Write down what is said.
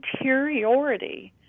interiority